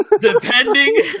depending